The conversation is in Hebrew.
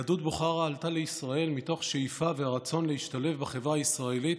יהדות בוכרה עלתה לישראל מתוך שאיפה ורצון להשתלב בחברה הישראלית,